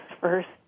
first